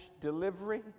delivery